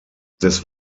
des